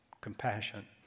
compassion